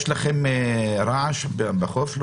יש רעש בחוף?